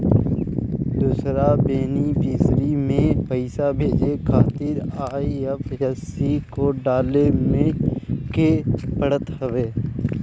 दूसरा बेनिफिसरी में पईसा भेजे खातिर आई.एफ.एस.सी कोड डाले के पड़त हवे